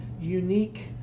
unique